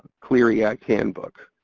clery act handbook.